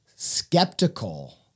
skeptical